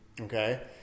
okay